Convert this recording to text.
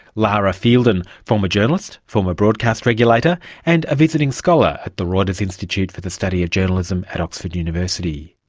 lara fielden, former journalist, former broadcast regulator and a visiting scholar at the reuters institute for the study of journalism at oxford university.